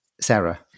Sarah